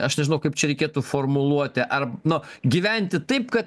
aš nežinau kaip čia reikėtų formuluoti ar nu gyventi taip kad